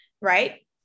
right